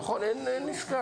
נכון, אין עיסקה.